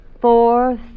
Four